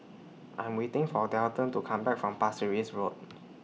I Am waiting For Dalton to Come Back from Pasir Ris Road